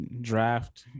draft